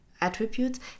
attributes